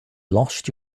lost